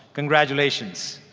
congratulations.